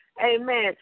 Amen